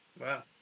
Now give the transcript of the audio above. Wow